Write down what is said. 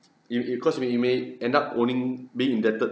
you you cause you may you may end up owing being indebted